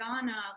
Ghana